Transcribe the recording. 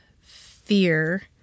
fear